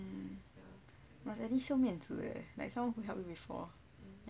must at least show 面子 leh like someone help you before ya but I guess